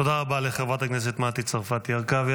תודה רבה לחברת הכנסת מטי צרפתי הרכבי.